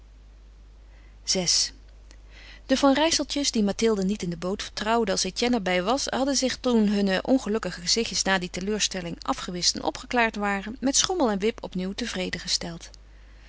vi de van rijsseltjes die mathilde niet in de boot vertrouwde als etienne er bij was hadden zich toen hunne ongelukkige gezichtjes na die teleurstelling afgewischt en opgeklaard waren met schommel en wip opnieuw tevreden gesteld